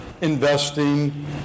investing